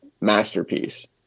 masterpiece